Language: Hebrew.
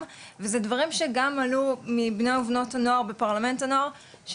וזה דברים שגם עלו מבני ובנות הנוער בפרלמנט הנוער,